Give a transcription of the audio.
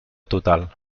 total